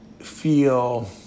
Feel